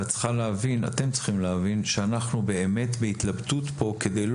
אתם צריכים להבין שאנחנו באמת בהתלבטות פה כדי לא